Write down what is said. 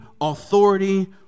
authority